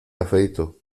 afeito